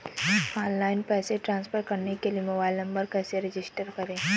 Online पैसे transfer करने के लिए मोबाइल नंबर कैसे रजिस्टर करें?